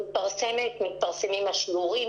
מתפרסמים השיעורים,